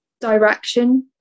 direction